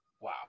wow